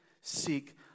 seek